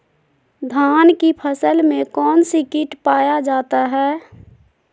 धान की फसल में कौन सी किट पाया जाता है?